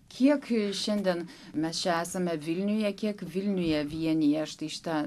kiek šiandien mes čia esame vilniuje kiek vilniuje vienija štai šita